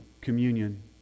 communion